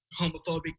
homophobic